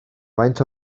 faint